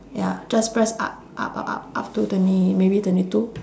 ya just press up up up up up to the twenty maybe twenty two